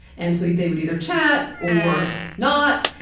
and so they would either chat or not,